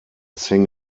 sing